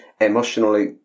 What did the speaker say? emotionally